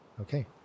Okay